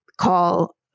call